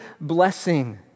blessing